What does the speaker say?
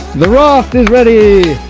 the raft is ready!